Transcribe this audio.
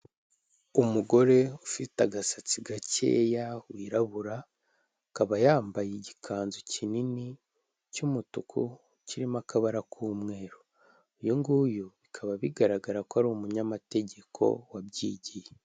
Umugore ufite agasatsi gakeya wirabura, akaba yambaye igikanzu kinini cy'umutuku, kirimo akabara k'umweru, uyu nguyu bikaba bigaragara ko ari umunyamategeko wabyigiye.